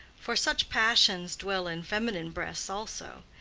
for such passions dwell in feminine breasts also.